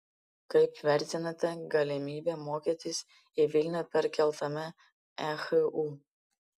kaip vertinate galimybę mokytis į vilnių perkeltame ehu